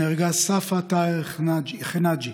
נהרגה ספא טאהר כנאג'י